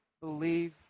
believe